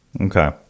Okay